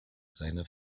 seiner